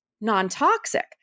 non-toxic